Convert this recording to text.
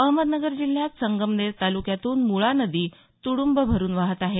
अहमदनगर जिल्ह्यात संगमनेर तालुक्यातून मुळा नदी तुडुंब भरून वाहत आहे